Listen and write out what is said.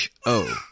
HO